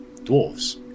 dwarves